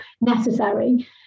necessary